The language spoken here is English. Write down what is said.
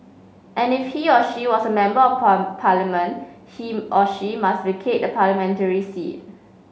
and if he or she was a member of parliament he or she must vacate the parliamentary seat